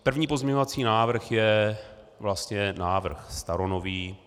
První pozměňovací návrh je vlastně návrh staronový.